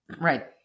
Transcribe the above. Right